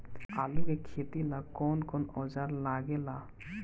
आलू के खेती ला कौन कौन औजार लागे ला?